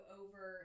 over